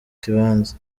kibanza